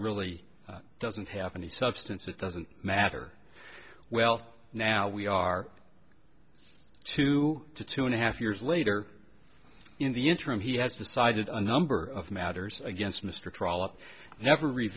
really doesn't have any substance it doesn't matter well now we are two to two and a half years later in the interim he has decided a number of matters against mr trollop never